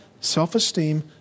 self-esteem